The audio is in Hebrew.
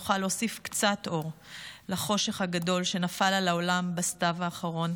נוכל להוסיף קצת אור לחושך הגדול שנפל על העולם בסתיו האחרון.